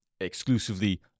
exclusively